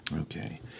Okay